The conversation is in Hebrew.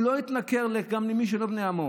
הוא לא התנכר גם למי שהוא לא בן עמו.